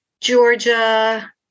Georgia